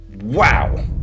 Wow